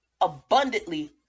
abundantly